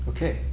Okay